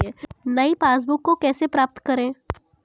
नई पासबुक को कैसे प्राप्त करें?